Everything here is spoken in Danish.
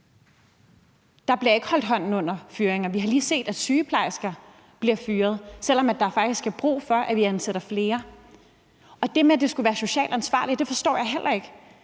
Der bliver ikke holdt hånden under fyringer. Vi har lige set, at sygeplejersker bliver fyret, selv om der faktisk er brug for, at vi ansætter flere. Det med, at det skulle være socialt ansvarligt, forstår jeg heller ikke.